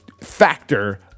factor